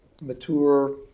mature